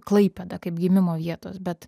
klaipėda kaip gimimo vietos bet